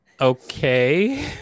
Okay